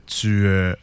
tu